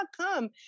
come